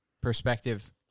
perspective